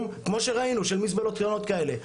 כמו שראינו של מזבלות קטנות כאלה.